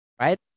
right